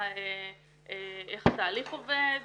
איך התהליך עובד,